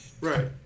Right